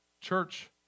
Church